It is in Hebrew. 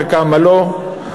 וכמה לא,